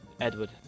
Edward